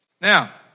Now